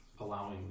Allowing